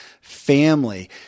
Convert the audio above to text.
family